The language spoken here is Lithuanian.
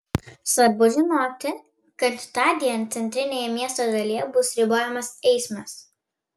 svarbu žinoti kad tądien centrinėje miesto dalyje bus ribojamas eismas